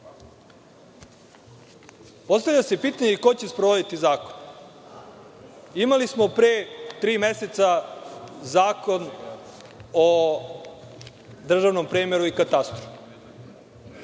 rušenje. Postavlja se pitanje ko će sprovoditi zakon. Imali smo pre tri meseca zakon o državnom premeru i katastru.